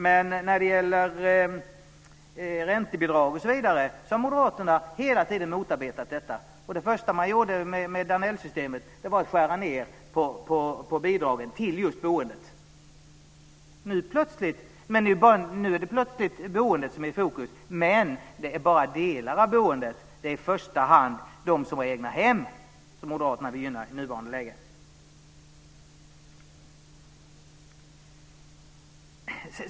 Men räntebidrag osv. har moderaterna hela tiden motarbetat. Det första man gjorde med Danellsystemet var att skära ned på bidragen till just boendet. Men nu är det plötsligt boendet som är i fokus. Men det är bara delar av boendet. Det gäller i första hand dem som har egna hem som moderaterna vill gynna i nuvarande läge.